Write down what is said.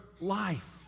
life